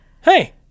hey